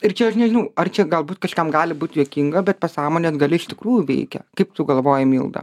ir čia aš nežinau ar čia galbūt kažkam gali būt juokinga bet pasąmonės galia iš tikrųjų veikia kaip tu galvoji milda